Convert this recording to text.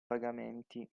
pagamenti